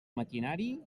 maquinari